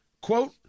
Quote